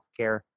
healthcare